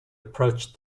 approached